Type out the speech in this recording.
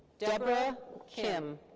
deborah kim.